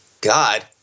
God